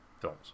films